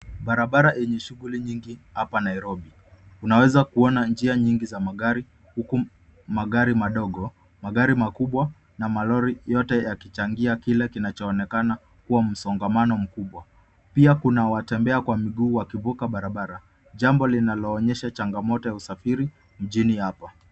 Barabara yenye shughuli nyingi hapa Nairobi. Unaweza kuona njia nyingi za magari huku magari madogo, magari makubwa na malori yote yakichangia kile kinachoonekana kuwa msongamano mkubwa. Pia kuna watembea kwa miguu wakivuka barabara jambo linaloonyesha changamoto ya usafiri mjini hapa.